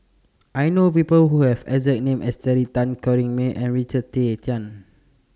I know People Who Have exact name as Terry Tan Corrinne May and Richard Tay Tian